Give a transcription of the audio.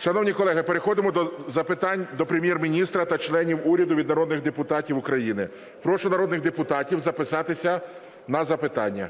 Шановні колеги, переходимо до запитань до Прем'єр-міністра та членів уряду від народних депутатів України. Прошу народних депутатів записатися на запитання.